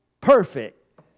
perfect